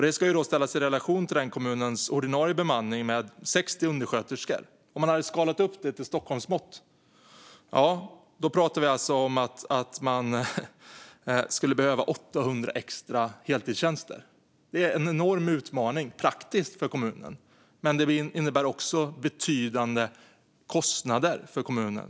Det ska ställas i relation till den kommunens ordinarie bemanning med 60 undersköterskor. Om vi skalar upp det till Stockholmsmått skulle det behövas 800 extra heltidstjänster. Det är en enorm utmaning rent praktiskt för kommunen, men det innebär också betydande kostnader för kommunen.